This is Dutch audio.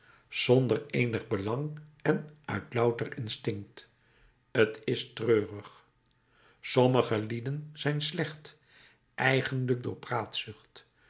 zonder eenig belang en uit louter instinct t is treurig sommige lieden zijn slecht eeniglijk